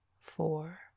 four